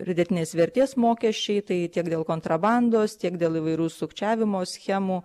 pridėtinės vertės mokesčiai tai tiek dėl kontrabandos tiek dėl įvairių sukčiavimo schemų